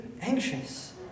anxious